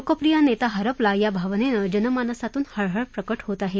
लोकप्रिय नेता हरपला या भावनेनं जनमानसातून हळहळ प्रकट होत आहे